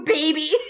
baby